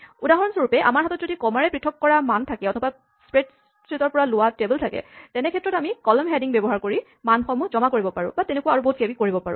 উদাহৰণস্বৰূপে আমাৰ হাতত যদি ক'মাৰে পৃথক কৰা মান থাকে অথবা ষ্প্ৰেডছিটৰ পৰা লোৱা টেবল থাকে তেনেক্ষেত্ৰত আমি কলম হেডিং ব্যৱহাৰ কৰি মানসমূহ জমা কৰিব পাৰো বা তেনেকুৱা আৰু বহুত কিবাকিবি কৰিব পাৰোঁ